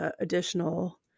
additional